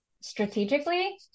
strategically